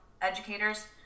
educators